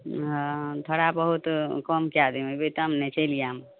हँ थोड़ा बहुत कम कए देबय एबय तब ने चलि आयब